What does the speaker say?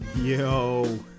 Yo